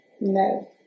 No